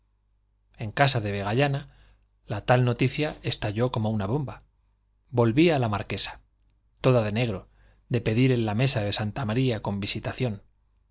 en casa de vegallana la tal noticia estalló como una bomba volvía la marquesa toda de negro de pedir en la mesa de santa maría con visitación